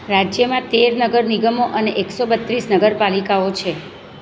રાજ્યમાં તેર નગર નિગમો અને એકસો બત્રીસ નગરપાલિકાઓ છે